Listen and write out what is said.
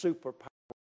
Superpower